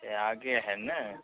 अच्छा आगे है ना